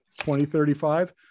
2035